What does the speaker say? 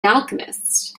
alchemist